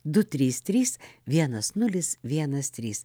du trys trys vienas nulis vienas trys